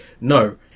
no